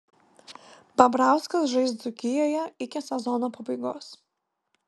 babrauskas žais dzūkijoje iki sezono pabaigos